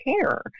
care